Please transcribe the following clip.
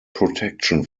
protection